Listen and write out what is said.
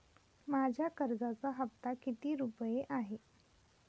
माझ्या कर्जाचा हफ्ता किती रुपये आहे?